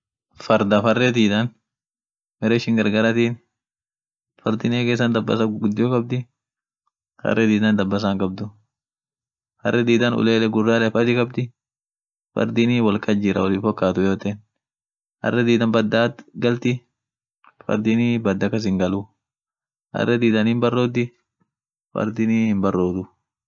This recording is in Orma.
fardaf harre diidan bare ishin gargaratin fardin ege isan dabbasa gudio kabdi hare diidan dabasa hinkabdu harre diidan ulele guraleaf adi kabdi fardinii wolkas jirra wol hinfokatu yoten, harre diidan badaaat galti, fardinii bada kas hingalu, harre diidan hin barodi fardinii himbarodu.